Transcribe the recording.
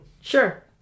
Sure